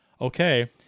okay